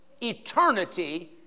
eternity